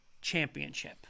championship